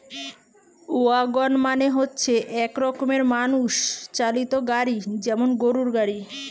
wagon মানে হচ্ছে এক রকমের মানুষ চালিত গাড়ি যেমন গরুর গাড়ি